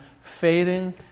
fading